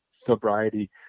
sobriety